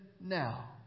now